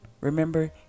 Remember